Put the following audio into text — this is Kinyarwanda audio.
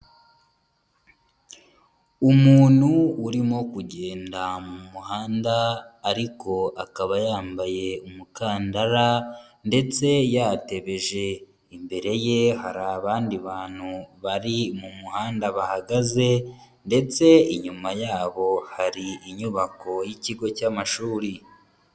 Umuntu urimo kugenda mu muhanda ariko akaba yambaye umukandara ndetse yatebeje. Imbere ye hari abandi bantu bari mu muhanda bahagaze ndetse inyuma yabo hari inyubako y'ikigo cy'amashuri.